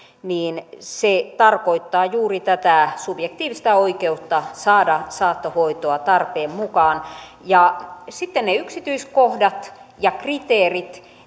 tarkoittaa juuri tätä subjektiivista oikeutta saada saattohoitoa tarpeen mukaan sitten ne yksityiskohdat ja kriteerit